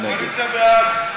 מי נגד?